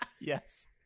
Yes